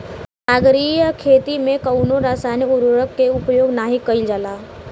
सागरीय खेती में कवनो रासायनिक उर्वरक के उपयोग नाही कईल जाला